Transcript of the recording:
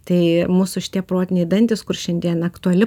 tai mūsų šitie protiniai dantys kur šiandien aktuali